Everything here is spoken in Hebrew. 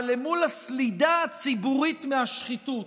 אבל למול הסלידה הציבורית מהשחיתות,